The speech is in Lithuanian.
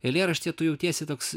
eilėraštyje tu jautiesi toks